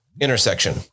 intersection